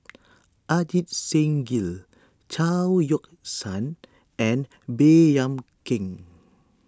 Ajit Singh Gill Chao Yoke San and Baey Yam Keng